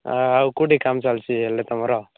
ଆଉ କୋଉଠି କାମ ଚାଲିଛି ଏଇନେ ତୁମର